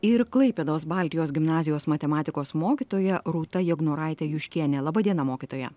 ir klaipėdos baltijos gimnazijos matematikos mokytoja rūta jegnoraite juškiene laba diena mokytoja